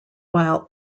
while